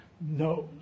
knows